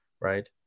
right